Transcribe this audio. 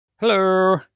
Hello